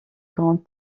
grant